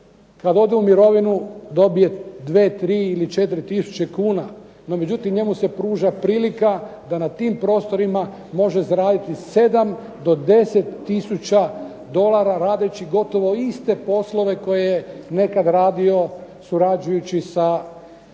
kad ode u mirovinu dobije 2, 3 ili 4 tisuće kuna. No međutim njemu se pruža prilika da na tim prostorima može zaraditi 7 do 10 tisuća dolara radeći gotovo iste poslove koje je nekad radio surađujući sa mirovnim